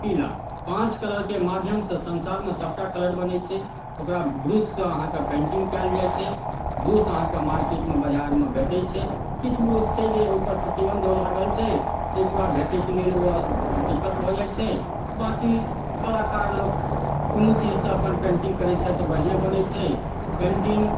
पीला पाँच कलरके माध्यमसँ संसारमे सबटा कलर बनै छै ओकरा ब्रशसँ अहाँके पेन्टिङ्ग कएल जाइ छै ब्रश अहाँके मार्केटमे बजारमे भेटै छै किछु ब्रश छै जे ओहिपर प्रतिबन्ध लागल छै ताहिकेबाद भेटैके लेल ओ दिक्कत भऽ जाइ छै बाँकी कलाकार लोक कोनो चीजसँ अपन पेन्टिङ्ग करै छथि तऽ बढ़िएँ बनै छै पेन्टिङ्ग